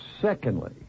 Secondly